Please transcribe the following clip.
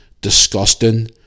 disgusting